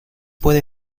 puede